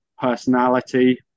personality